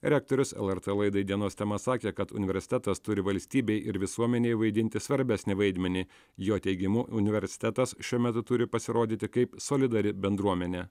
rektorius lrt laidai dienos tema sakė kad universitetas turi valstybei ir visuomenei vaidinti svarbesnį vaidmenį jo teigimu universitetas šiuo metu turi pasirodyti kaip solidari bendruomenė